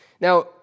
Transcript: Now